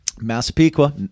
Massapequa